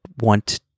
want